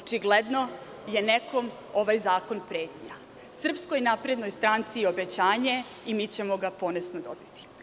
Očigledno je nekome ovaj zakon pretnja, Srpskoj naprednoj stranici je obećanje i mi ćemo ga ponosno doneti.